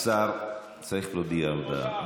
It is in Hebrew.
השר צריך להודיע הודעה.